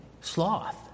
sloth